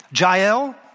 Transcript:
Jael